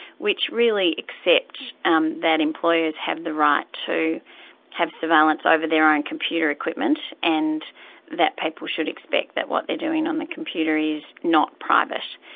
which really accepts um that employers have the right to have surveillance over their own computer equipment, and that people should expect that what they're doing on the computer is not private.